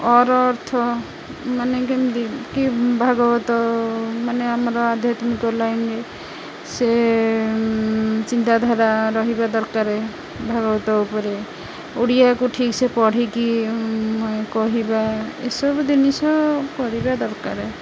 ଅ'ର ଅର୍ଥ ମାନେ କେମିତି କି ଭାଗବତ ମାନେ ଆମର ଆଧ୍ୟାତ୍ମିକ ଲାଇନ୍ରେ ସେ ଚିନ୍ତାଧାରା ରହିବା ଦରକାର ଭାଗବତ ଉପରେ ଓଡ଼ିଆକୁ ଠିକ ସେ ପଢ଼ିକି କହିବା ଏସବୁ ଜିନିଷ କରିବା ଦରକାର